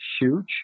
huge